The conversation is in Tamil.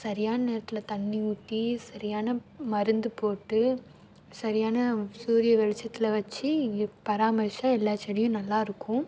சரியான நேரத்தில் தண்ணி ஊற்றி சரியான மருந்து போட்டு சரியான சூரிய வெளிச்சத்தில் வச்சு பராமரித்தா எல்லா செடியும் நல்லாயிருக்கும்